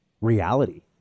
reality